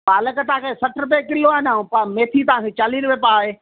पालक तव्हांखे सठि रुपए किलो आ न मैथी तव्हांखे चालीह रुपए पाव आहे